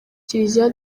kiliziya